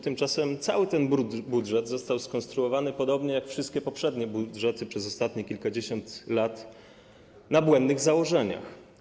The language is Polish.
Tymczasem cały ten budżet został skonstruowany - podobnie jak wszystkie poprzednie budżety przez ostatnie kilkadziesiąt lat - w oparciu o błędne założenie.